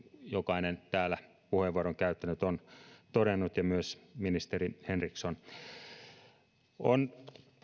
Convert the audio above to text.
jokainen täällä puheenvuoron käyttänyt ja myös ministeri henriksson ovat todenneet on